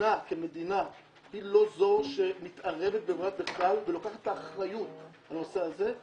והמדינה כמדינה היא לא זו שמתערבת ולוקחת את האחריות לנושא הזה.